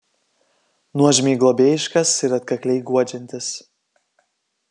nuožmiai globėjiškas ir atkakliai guodžiantis